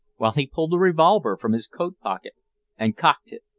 while he pulled a revolver from his coat-pocket and cocked it,